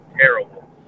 terrible